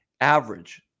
average